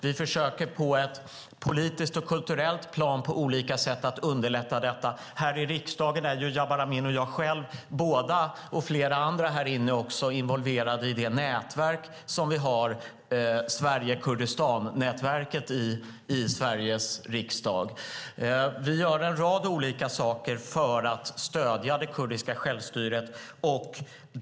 Vi försöker på ett politiskt och kulturellt plan på olika sätt att underlätta detta. Här i riksdagen är både Jabar Amin och jag själv och även flera andra här inne involverade i det nätverk som vi har mellan Sverige och Kurdistan i Sveriges riksdag. Vi gör en rad olika saker för att stödja det kurdiska självstyret.